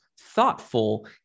thoughtful